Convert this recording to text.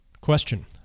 Question